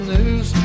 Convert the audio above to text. News